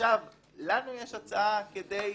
לנו יש הצעה כדי